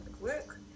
work